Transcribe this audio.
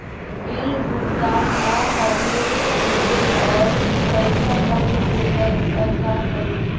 Bill भुगतान न हौले हे और पैसा कट गेलै त का करि?